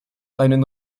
einen